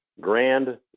grand